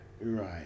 Right